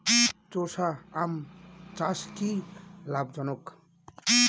চোষা আম চাষ কি লাভজনক?